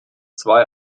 zwei